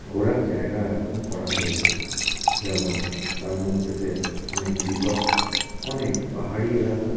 ঘোরার জায়গা এখন করা হয়েছে যেমন তার মধ্যেতে অনেক রিসর্ট অনেক পাহাড়ি এলাকা